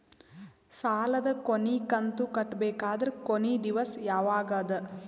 ಸಾಲದ ಕೊನಿ ಕಂತು ಕಟ್ಟಬೇಕಾದರ ಕೊನಿ ದಿವಸ ಯಾವಗದ?